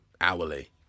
hourly